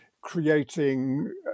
creating